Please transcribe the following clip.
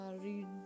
read